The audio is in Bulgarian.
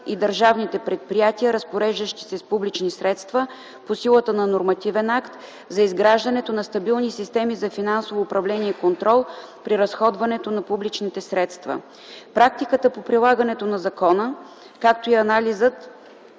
и държавните предприятия, разпореждащи се с публични средства по силата на нормативен акт за изграждането на стабилни системи за финансовото управление и контрол при разходването на публичните средства. Практиката по прилагането на закона, както и анализът